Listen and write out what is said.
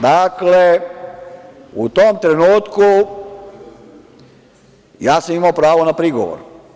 Dakle, u tom trenutku sam imao pravo na prigovor.